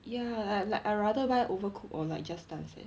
ya like I rather buy overcook or like just dance eh